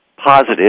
positive